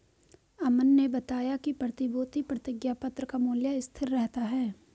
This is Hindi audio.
अमन ने बताया कि प्रतिभूति प्रतिज्ञापत्र का मूल्य स्थिर रहता है